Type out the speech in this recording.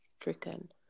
stricken